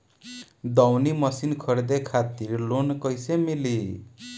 दऊनी मशीन खरीदे खातिर लोन कइसे मिली?